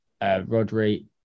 Rodri